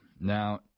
Now